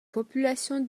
population